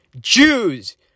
jews